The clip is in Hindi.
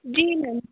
जी मैम